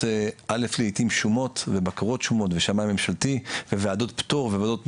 לעיתים שומות ובקרות שומות ושמאי ממשלתי וועדות פטור וועדות משנה,